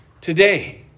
today